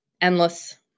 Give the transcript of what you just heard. endless